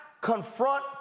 confront